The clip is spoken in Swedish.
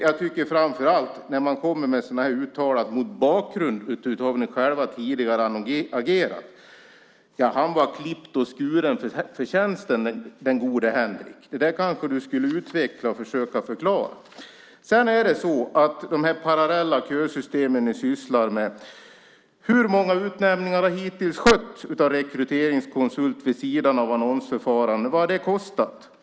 Jag tycker framför allt att du ska utveckla och försöka förklara följande uttalande mot bakgrund av hur ni tidigare har agerat: Han var klippt och skuren för tjänsten, den gode Henrik. När det gäller de parallella kösystem som ni sysslar med undrar jag: Hur många utnämningar har hittills skötts av rekryteringskonsulter vid sidan av annonsförfarande, och vad har det kostat?